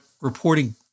reporting